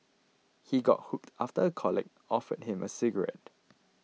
he got hooked after a colleague offered him a cigarette